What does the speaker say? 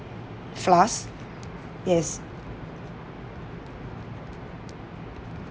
floss yes